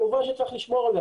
כמובן שצריך לשמור על זה.